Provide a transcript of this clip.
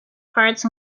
parts